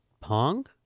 Pong